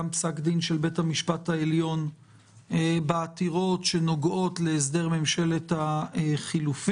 פסק דין של בית המשפט העליון בעתירות שנוגעות להסדר ממשלת החילופים.